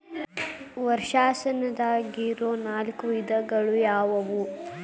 ವರ್ಷಾಶನದಾಗಿರೊ ನಾಲ್ಕು ವಿಧಗಳು ಯಾವ್ಯಾವು?